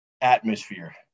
atmosphere